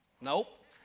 nope